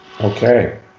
Okay